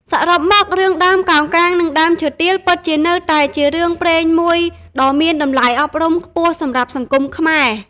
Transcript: សរុបមករឿង "ដើមកោងកាងនិងដើមឈើទាល" ពិតជានៅតែជារឿងព្រេងមួយដ៏មានតម្លៃអប់រំខ្ពស់សម្រាប់សង្គមខ្មែរ។